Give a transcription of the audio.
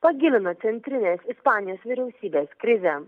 pagilina centrinės ispanijos vyriausybės krizę